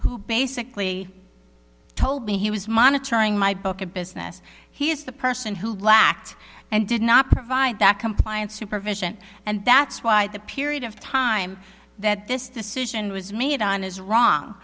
who basically told me he was monitoring my book of business he is the person who lacked and did not provide that compliance supervision and that's why the period of time that this decision was made on is wrong